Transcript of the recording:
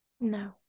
no